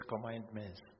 commandments